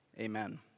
Amen